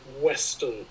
western